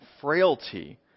frailty